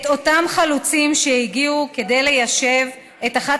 את אותם חלוצים שהגיעו כדי ליישב את אחת